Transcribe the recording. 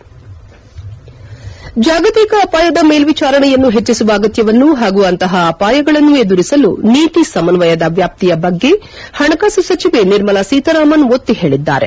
head ಜಾಗತಿಕ ಅಪಾಯದ ಮೇಲ್ವಿಚಾರಣೆಯನ್ನು ಪೆಜ್ವಿಸುವ ಅಗತ್ಯವನ್ನು ಹಾಗೂ ಅಂತಪ ಅಪಾಯಗಳನ್ನು ಎದುರಿಸಲು ನೀತಿ ಸಮನ್ನಯದ ವ್ಲಾಪ್ತಿಯ ಬಗ್ಗೆ ಹಣಕಾಸು ಸಚಿವೆ ನಿರ್ಮಲಾ ಸೀತಾರಾಮನ್ ಒತ್ತಿ ಹೇಳಿದ್ದಾರೆ